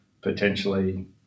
potentially